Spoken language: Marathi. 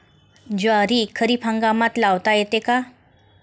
ज्वारी खरीप हंगामात लावता येते का?